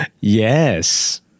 Yes